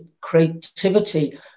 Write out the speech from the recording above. creativity